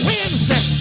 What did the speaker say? Wednesday